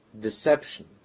deception